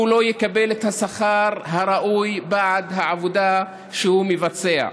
הוא לא יקבל את השכר הראוי בעד העבודה שהוא מבצע.